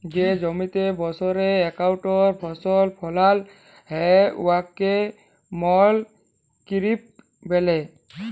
যে জমিতে বসরে ইকটই ফসল ফলাল হ্যয় উয়াকে মলক্রপিং ব্যলে